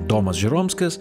domas žeromskas